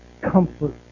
comfort